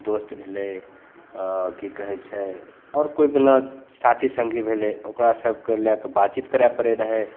दोस्त भेलै कि कहै छै आओर कोइ जेना साथी सङ्गी भेलै ओकरा सभके लै के बातचीत करै पड़ै रहै